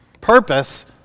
purpose